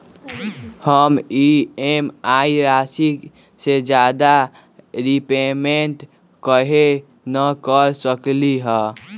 हम ई.एम.आई राशि से ज्यादा रीपेमेंट कहे न कर सकलि ह?